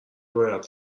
باید